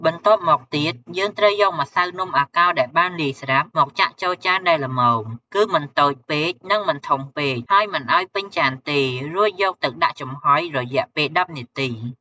បន្ទាប់មកទៀត យើងត្រូវយកម្សៅនំអាកោរដែលបានលាយស្រាប់មកចាក់ចូលចានដែលល្មម គឺមិនតូចពេក និងមិនធំពេក ហើយមិនឱ្យពេញចានទេ រួចយកទៅដាក់ចំហុយរយៈពេល១០នាទី។